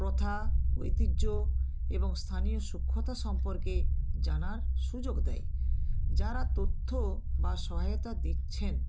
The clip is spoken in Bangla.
প্রথা ঐতিহ্য এবং স্থানীয় সূক্ষ্মতা সম্পর্কে জানার সুযোগ দেয় যারা তথ্য বা সহায়তা দিচ্ছেন